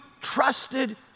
trusted